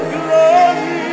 glory